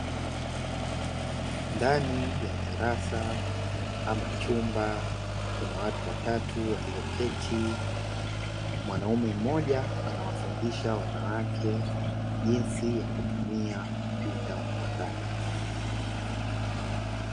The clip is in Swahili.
Ndani ya darasa ama chumba, Kuna watu watatu walioketi. Mwanaume mmoja anawafundisha wanawake jinsi ya kutumia kompyuta mpakato.